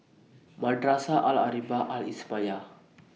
Madrasah Al Arabiah Al Islamiah